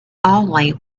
only